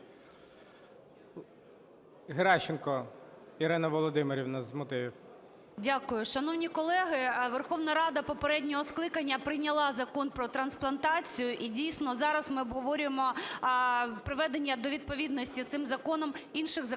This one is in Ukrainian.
Геращенко Ірина Володимирівна, з мотивів. 13:02:07 ГЕРАЩЕНКО І.В. Дякую. Шановні колеги, Верховна Рада попереднього скликання прийняла Закон про трансплантацію, і, дійсно, зараз ми обговорюємо приведення до відповідності з цим законом інших законодавчих